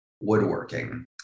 woodworking